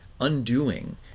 undoing